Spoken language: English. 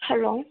hello